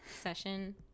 session